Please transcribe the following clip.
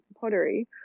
pottery